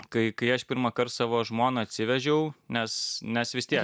kai kai aš pirmąkart savo žmoną atsivežiau nes nes vis tiek